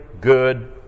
good